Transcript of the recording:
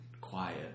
quiet